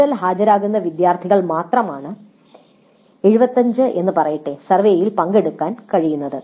കൂടുതൽ ഹാജരാകുന്ന വിദ്യാർത്ഥികൾക്ക് മാത്രമാണ് 75 എന്ന് പറയട്ടെ സർവേയിൽ പങ്കെടുക്കാൻ കഴിയുന്നത്